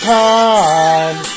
time